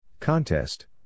Contest